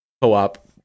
co-op